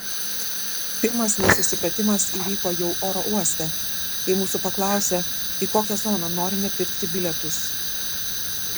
pirmas nesusipratimas įvyko jau oro uoste kai mūsų paklausė į kokią zoną norime pirkti bilietus